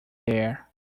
there